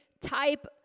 type